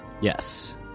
Yes